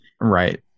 Right